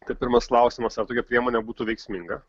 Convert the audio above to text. tai pirmas klausimas ar tokia priemonė būtų veiksminga